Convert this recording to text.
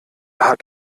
hat